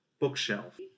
bookshelf